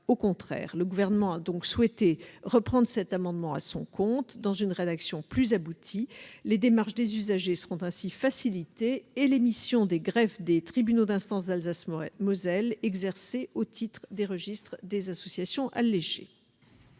au contraire. Le Gouvernement a donc souhaité reprendre cet amendement à son compte, dans une rédaction plus aboutie. Les démarches des usagers seront ainsi facilitées, et les missions que les greffes des tribunaux d'instance d'Alsace-Moselle exercent au titre des registres des associations s'en